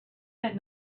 that